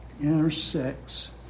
intersects